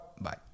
Bye